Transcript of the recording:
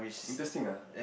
interesting ah